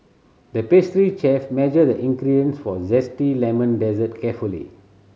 the pastry chef measured the ingredients for a zesty lemon dessert carefully